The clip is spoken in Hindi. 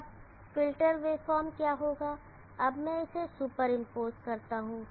अब फ़िल्टर्ड वेव फॉर्म क्या होगा अब मैं इसे सुपरइमपोज करता हूं